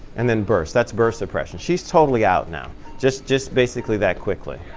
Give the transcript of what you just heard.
and then burst. that's burst oppression. she's totally out now just just basically that quickly.